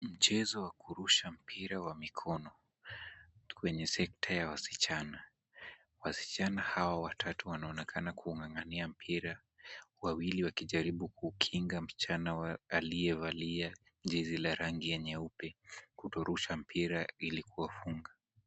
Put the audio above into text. Mchezo wa kurusha mpira wa mikono kwenye sekta ya wasichana. Wasichana hawa watatu wanaonekana kuung'ang'ania mpira, wawili wakijaribu kukinga msichana aliyevalia jezi la rangi ya nyeupe, kutorusha mpira ili kuwafunga.